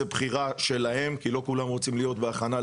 זה בחירה שלהם כי לא כולם רוצים להיות בהכנה,